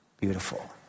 Beautiful